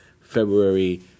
February